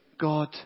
God